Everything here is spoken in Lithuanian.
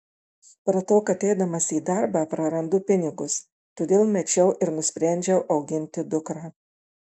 supratau kad eidamas į darbą prarandu pinigus todėl mečiau ir nusprendžiau auginti dukrą